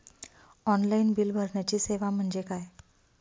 Online bill भरण्याची सेवा म्हणजे काय?